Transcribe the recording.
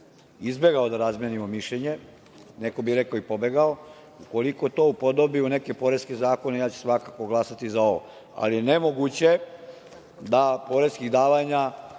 izbegao da razmenimo mišljenje, neko bi rekao i pobegao, ukoliko to upodobi u neke poreske zakone, ja ću svakako glasati za ovo, ali je nemoguće da poreskih davanja